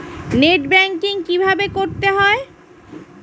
Net banking কীভাবে করতে হয়?